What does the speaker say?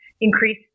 increase